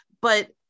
but-